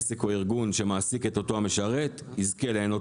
עסק או ארגון שמעסיק את אותו המשרת יזכה להנות